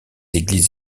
églises